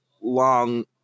long